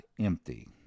empty